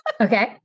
Okay